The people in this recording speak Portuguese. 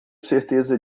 certeza